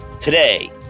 Today